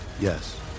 Yes